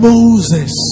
Moses